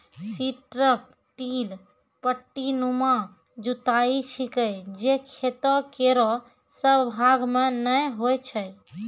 strip till पट्टीनुमा जुताई छिकै जे खेतो केरो सब भाग म नै होय छै